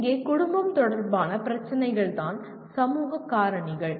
இங்கே குடும்பம் தொடர்பான பிரச்சினைகள் தான் சமூக காரணிகள்